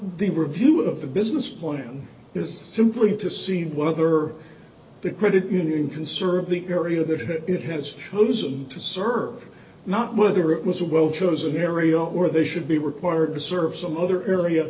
the review of the business plan is simply to see whether the credit union can serve the area that it has chosen to serve not whether it was a well chosen area or they should be required to serve some other area